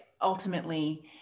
ultimately